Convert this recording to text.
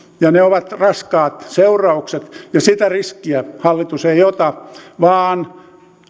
ne ovat raskaat seuraukset ja sitä riskiä hallitus ei ota